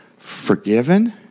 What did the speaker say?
forgiven